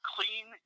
Clean